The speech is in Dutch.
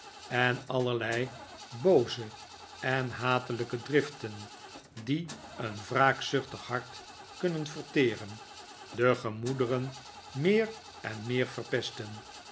en allerlei booze en hatelijke driften die een wraakzuchtig hart kunnen verteren de gemoederen meer en meer verpestten